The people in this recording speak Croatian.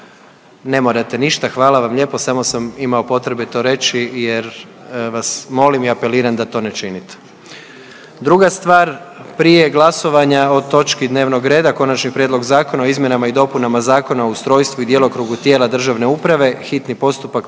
Ne morate ništa, hvala vam lijepo. Samo sam imao potrebe to reći jer vas molim i apeliram da to ne činite. Druga stvar. Prije glasovanja o točki dnevnog reda – Konačni prijedlog zakona o izmjenama i dopunama Zakona o ustrojstvu i djelokrugu tijela državne uprave, hitni postupak,